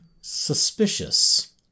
Suspicious